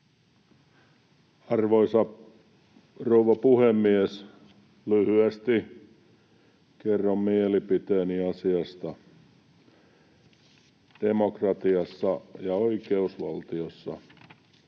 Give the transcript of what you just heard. Arvoisa rouva puhemies! Lyhyesti kerron mielipiteeni asiasta. Demokratiassa ja oikeusvaltiossa